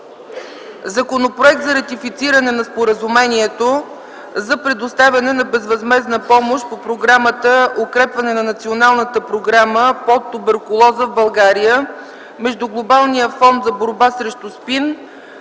Законопроект за ратифициране на Споразумението за предоставяне на безвъзмездна помощ по Програмата „Укрепване на Националната програма по туберкулоза в България” между Глобалния фонд за борба срещу